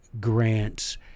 grants